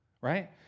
right